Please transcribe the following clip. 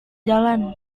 jalan